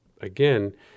again